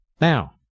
Now